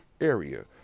area